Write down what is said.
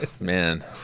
man